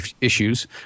issues